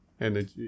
energy